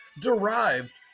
derived